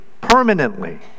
permanently